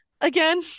again